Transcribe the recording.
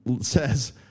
says